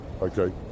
okay